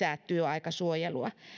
lisää työaikasuojelua